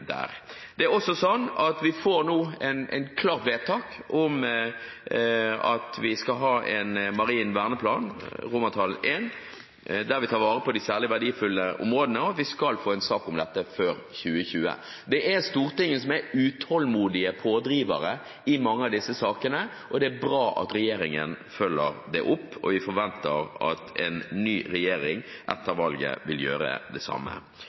en marin verneplan – som det går fram av I – der vi tar vare på de særlig verdifulle områdene, og vi skal få en sak om dette før 2020. Det er Stortinget som er utålmodig pådriver i mange av disse sakene, og det er bra at regjeringen følger det opp. Vi forventer at en ny regjering etter valget vil gjøre det samme.